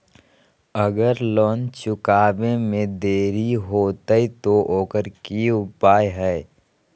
अगर लोन चुकावे में देरी होते तो ओकर की उपाय है?